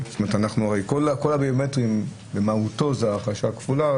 זאת אומרת הרי כל הביומטרי במהותו זה ההרכשה הכפולה,